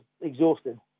exhausting